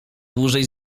dłużej